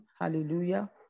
Hallelujah